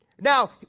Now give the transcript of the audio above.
Now